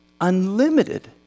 Unlimited